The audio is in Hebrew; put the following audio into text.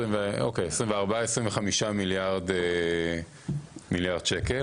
24 25 מיליארד שקל,